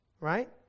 right